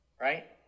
right